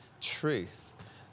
truth